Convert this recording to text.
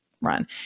run